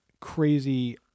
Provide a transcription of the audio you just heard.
crazy